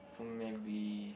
for maybe